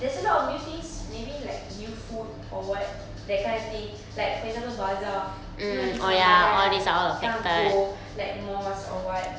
there's a lot of new things maybe like new food or what that kind of thing like for example bazaar you know this ramadhan can't go like mosque or what